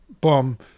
boom